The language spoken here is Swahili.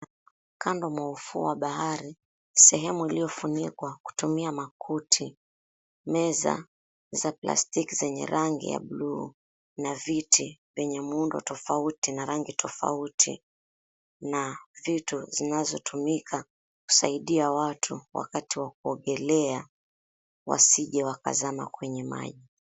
Kando mwa ufuo wa bahari sehemu ilyofunikwa kutumia makuti, meza za plastiki zenye rangi ya buluu na viti vyenye mundo tofauti na rangi tofauti na vitu zinazotumika kusaidia watu wakati wa kuogelea wasije wakazama kwenye maji.